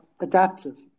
adaptive